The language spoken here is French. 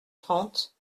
trente